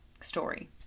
story